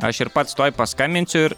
aš ir pats tuoj paskambinsiu ir